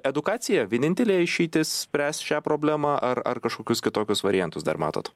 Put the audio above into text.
edukacija vienintelė išeitis spręst šią problemą ar ar kažkokius kitokius variantus dar matot